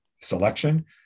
selection